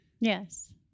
Yes